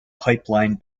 pipeline